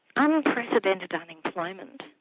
um unprecedented unemployment,